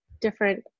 different